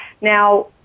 Now